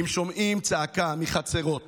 אם שומעים צעקה מחצרות